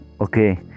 Okay